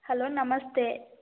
hello ನಮಸ್ತೆ